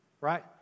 Right